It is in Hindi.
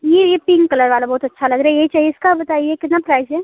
ये ये पिंक कलर वाला बहुत अच्छा लग रहा है यही चहिए इसका बताइए कितना प्राइज़ है